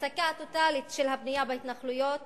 ההפסקה הטוטלית של הבנייה בהתנחלויות